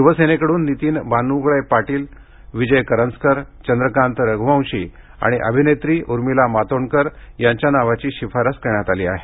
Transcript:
शिवसेने कडून नीतीन बानुगडे पाटील विजय करंजकर चंद्रकांत रघुवंशी आणि अभिनेत्री उर्मिला मातोंडकर यांच्या नावाची शिफारस करण्यात आली आहे